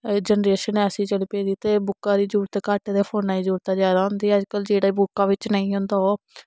generation ऐसी चली पेदी ते बुक्का दी जरूरत घट्ट गै फोना दी जरूरत जादा होंदी अज कल्ल जेह्ड़ा बुक्का बिच्च नेईं होंदा ओह्